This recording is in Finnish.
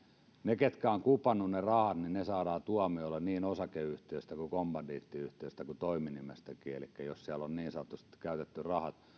ne ketkä ovat kupanneet ne rahat saadaan tuomiolle niin osakeyhtiöistä kuin kommandiittiyhtiöistä kuin toiminimistäkin elikkä jos siellä on niin sanotusti käytetty rahat